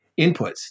inputs